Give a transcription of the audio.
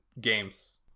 games